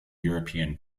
european